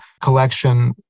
collection